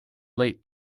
late